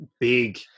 big